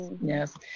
yes